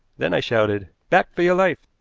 then i shouted back for your life!